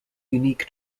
unique